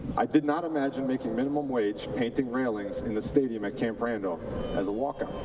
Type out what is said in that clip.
i did not imagine making minimum wage painting railings in the stadium at camp randall as a walk-on.